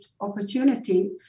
opportunity